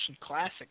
classic